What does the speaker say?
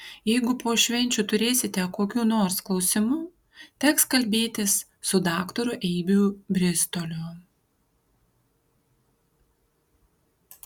jeigu po švenčių turėsite kokių nors klausimų teks kalbėtis su daktaru eibių bristoliu